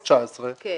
2019,